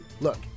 Look